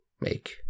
make